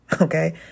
okay